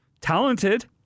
talented